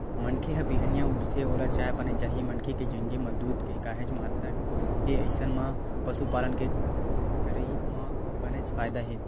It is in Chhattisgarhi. मनखे ह बिहनिया उठथे ओला चाय पानी चाही मनखे के जिनगी म दूद के काहेच महत्ता हे अइसन म पसुपालन के करई म बनेच फायदा हे